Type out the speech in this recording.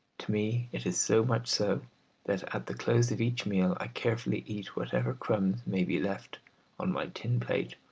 to me it is so much so that at the close of each meal i carefully eat whatever crumbs may be left on my tin plate,